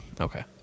okay